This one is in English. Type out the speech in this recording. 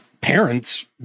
parents